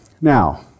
Now